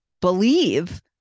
believe